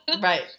right